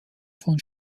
von